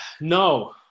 No